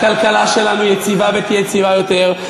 הכלכלה שלנו יציבה, ותהיה יציבה יותר.